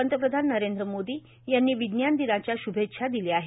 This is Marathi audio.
पंतप्रधान नरेंद्र मोदी यांनी विज्ञान दिनाच्या श्भेच्छा दिल्या आहेत